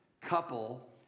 couple